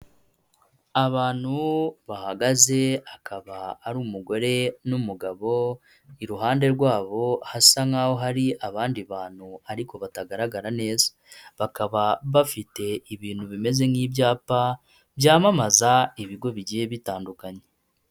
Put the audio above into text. Abantu bahagaze akaba ari umugore n'umugabo, iruhande rwabo hasa nk'aho hari abandi bantu ariko batagaragara neza, bakaba bafite ibintu bimeze nk'ibyapa byamamaza ibigo bigiye bitandukanye.